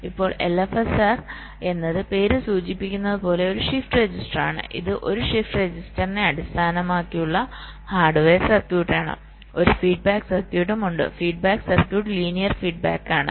ഇപ്പോൾ LFSR എന്നത് പേര് സൂചിപ്പിക്കുന്നത് പോലെ ഒരു ഷിഫ്റ്റ് രജിസ്റ്ററാണ് ഇത് ഒരു ഷിഫ്റ്റ് രജിസ്റ്ററിനെ അടിസ്ഥാനമാക്കിയുള്ള ഹാർഡ്വെയർ സർക്യൂട്ടാണ് ഒരു ഫീഡ്ബാക്ക് സർക്യൂട്ടും ഉണ്ട് ഫീഡ്ബാക്ക് സർക്യൂട്ട് ലീനിയർ ഫീഡ്ബാക്ക് ആണ്